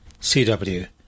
CW